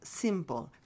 simple